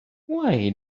why